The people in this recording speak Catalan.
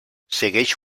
segueix